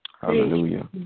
Hallelujah